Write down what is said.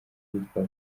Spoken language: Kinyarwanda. ahitwa